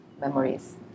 memories